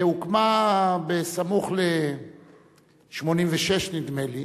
שהוקמה בסמוך ל-1986, נדמה לי,